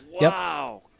Wow